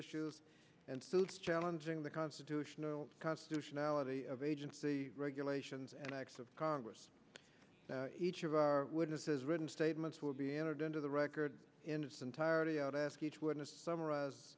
issues and suits challenging the constitution constitutionality of agency regulations and acts of congress each of our witnesses written statements will be entered into the record industry entirely out ask each witness summarize